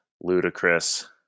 ludicrous